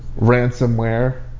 ransomware